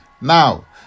Now